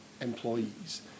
employees